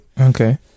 Okay